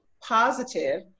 positive